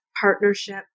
partnership